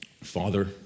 Father